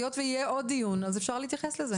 היות ויהיה עוד דיון אז אפשר להתייחס לזה.